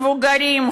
מבוגרים,